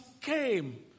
came